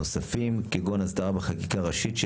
נוספים כגון: הסדרה בחקיקה ראשית של